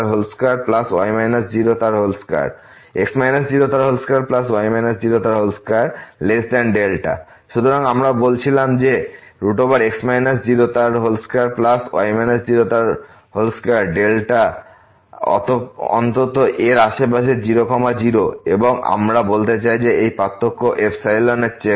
সুতরাং আমরা বলেছিলাম যে 22δ অন্ততএর আশেপাশে 0 0 এবং এখন আমরা বলতে চাই যে এই পার্থক্য ইপসিলনের চেয়ে কম